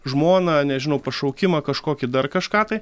žmoną nežinau pašaukimą kažkokį dar kažką tai